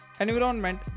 Environment